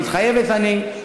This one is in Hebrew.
"מתחייבת אני",